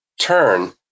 turn